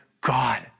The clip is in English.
God